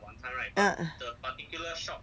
uh